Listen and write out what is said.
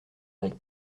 avec